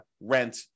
rent